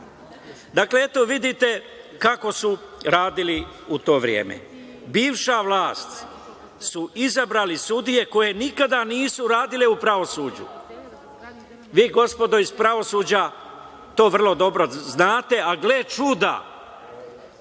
Dakle, eto vidite kako su radili u to vreme. Bivša vlast je izabrala sudije koje nikada nisu radili u pravosuđu. Vi gospodo iz pravosuđa to vrlo dobro znate i gle čuda,